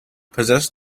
possesses